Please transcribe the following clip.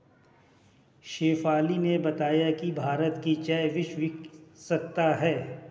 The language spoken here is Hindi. शेफाली ने बताया कि भारत की चाय विश्वविख्यात है